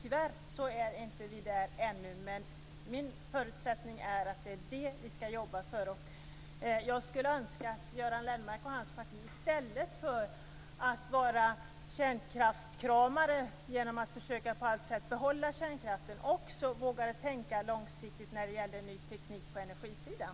Tyvärr är vi inte där ännu, men min målsättning är att det är detta som vi ska jobba för. Jag skulle önska att Göran Lennmarker och hans parti i stället för att vara kärnkraftskramare och på alla sätt försöka att behålla kärnkraften också vågade tänka långsiktigt när det gäller ny teknik på energisidan.